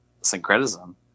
Syncretism